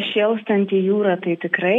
šėlstanti jūra tai tikrai